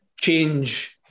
change